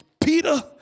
Peter